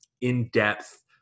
in-depth